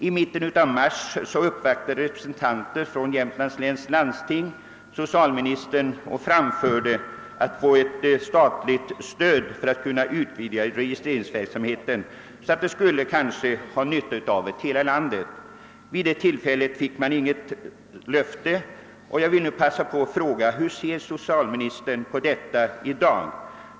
I mitten av mars månad uppvaktade representanter från Jämtlands läns landsting socialministern och framförde önskemålet att erhålla statligt stöd för att kunna utvidga denna registreringsverksamhet, så att hela landet skulle kunna dra nytta därav. Vid det tillfället gavs inget löfte, och jag vill därför nu passa på att fråga: Hur ser socialministern på detta i dag?